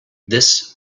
this